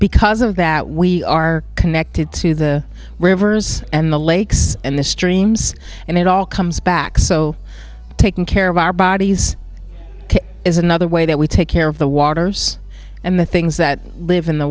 because of that we are connected to the rivers and the lakes and the streams and it all comes back so taking care of our bodies is another way that we take care of the waters and the things that live in the